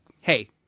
Hey